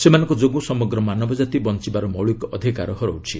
ସେମାନଙ୍କ ଯୋଗୁଁ ସମଗ୍ର ମାନବ ଜାତି ବଞ୍ଚବାର ମୌଳିକ ଅଧିକାର ହରାଉଛି